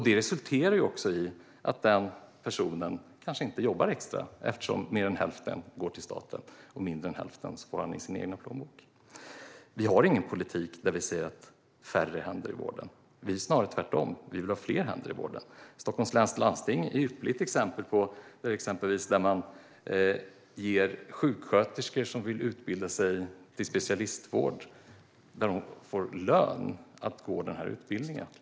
Det resulterar i att man kanske inte jobbar extra eftersom mer än hälften går till staten och man får mindre än hälften i sin egen plånbok. Vi har ingen politik där vi säger att det ska vara färre händer i vården. Vi vill tvärtom snarare ha fler händer i vården. Stockholms läns landsting är ett ypperligt exempel på hur man kan göra, då man ger sjuksköterskor som vill specialistutbilda sig möjligheten att få lön under utbildningen.